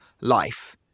life